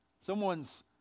Someone's